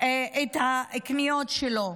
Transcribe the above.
את הקניות שלו.